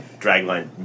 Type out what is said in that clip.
Dragline